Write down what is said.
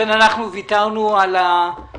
שכר נמוך --- לכן אנחנו ויתרנו על השכר.